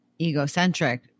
egocentric